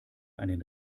einen